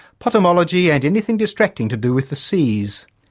potamology and anything distracting to do with the seas.